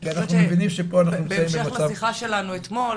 כי אנחנו מבינים שפה אנחנו נמצאים במצב --- בהמשך לשיחה שלנו אתמול,